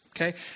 okay